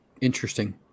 Interesting